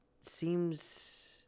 seems